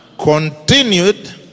continued